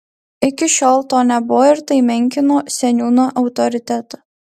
iki šiol to nebuvo ir tai menkino seniūno autoritetą